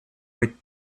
быть